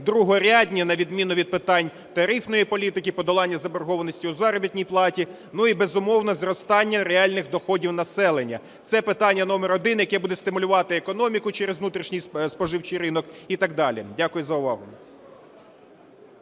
другорядні на відміну від питань тарифної політики, подолання заборгованості у заробітній платі і, безумовно, зростання реальних доходів населення. Це питання номер один, яке буде стимулювати економіку через внутрішній споживчий ринок і так далі. Дякую за увагу.